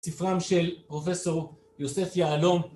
‫ספרם של פרופ' יוסף יהלום.